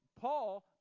Paul